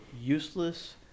useless